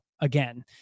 again